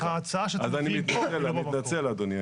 אני מתנצל, אדוני.